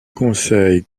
conseil